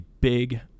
big